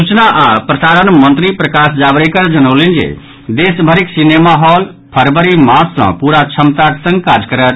सूचना आओर प्रसारण मंत्री प्रकाश जावड़ेकर जनौलनि जे देशभरिक सिनेमा हॉल फरवरी मास सँ पूरा क्षमताक संग काज करत